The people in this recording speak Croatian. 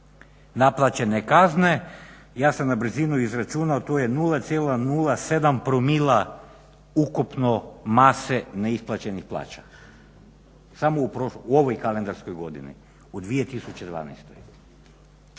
naplaćene kazne, ja sam na brzinu izračunao to je 0,07 promila ukupno mase neisplaćenih plaća samo u ovoj kalendarskoj godini, u 2012.